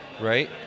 Right